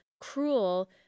cruel